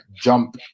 jump